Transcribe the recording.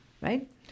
Right